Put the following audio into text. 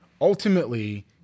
ultimately